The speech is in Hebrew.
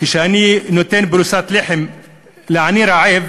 כשאני נותן פרוסת לחם לעני רעב,